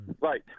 Right